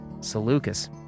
Seleucus